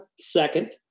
second